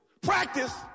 Practice